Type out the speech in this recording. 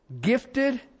Gifted